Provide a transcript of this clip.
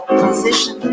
position